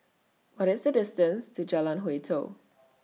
What IS The distance to Jalan Hwi Tow